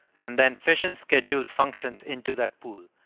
and then fission schedules functions into that pool.